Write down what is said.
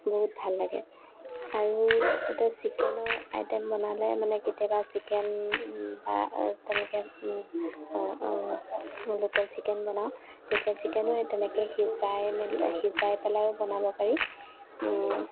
বহুত ভাল লাগে আৰু তাতে চিকেনৰ আইটেম বনালে মানে কেতিয়াবা চিকেন বা তেনেকে লোকেল চিকেন বনাওঁ লোকেল চিকেনো তেনেকে সিজাই মেলি সিজাই পেলাইও বনাব পাৰি